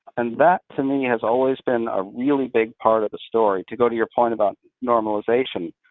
and that to me has always been a really big part of the story, to go to your point about normalization.